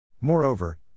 Moreover